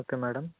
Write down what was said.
okay madam